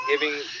giving